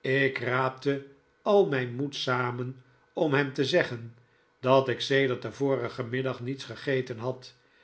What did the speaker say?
ik raapte al mijn moed samen om hem te zeggen dat ik sedert den vorigen middag niets gegeten had